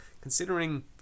considering